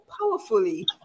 powerfully